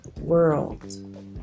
world